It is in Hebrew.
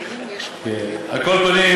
על כל פנים,